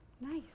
Nice